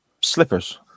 slippers